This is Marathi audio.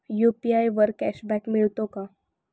यु.पी.आय वर कॅशबॅक मिळतो का?